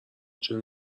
چرا